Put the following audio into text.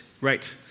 right